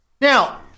Now